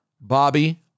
Bobby